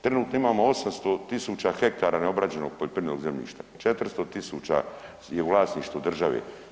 Trenutno imamo 800 000 hektara neobrađenog poljoprivrednog zemljišta, 400 000 je u vlasništvu države.